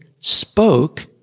spoke